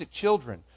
children